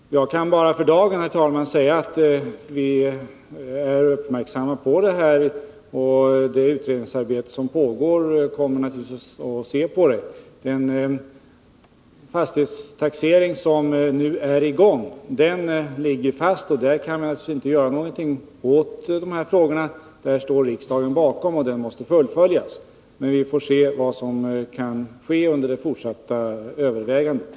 Jag kan bara för dagen, herr talman, säga att vi är uppmärksamma på det här, och under det utredningsarbete som pågår kommer man naturligtvis att se på saken. Den fastighetstaxering som nu är i gång ligger fast, och där kan vi alltså inte göra någonting åt de här frågorna — den fastighetstaxeringen står riksdagen bakom, och den måste fullföljas — men vi får se vad som kan ske under de fortsatta övervägandena.